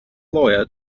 lawyer